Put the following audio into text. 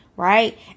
Right